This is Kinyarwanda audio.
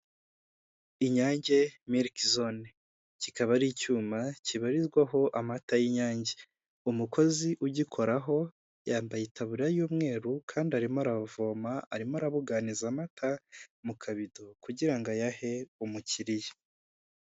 Inyange mIriki zone kikaba ari icyuma kibarizwaho amata y'Inyange, umukozi ugikoraho yambaye itaburiya y'umweru kandi arimo aravoma, arimo arabuganiza amata mu kabido kugira ngo ayahe umukiriya.